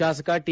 ಶಾಸಕ ಟಿ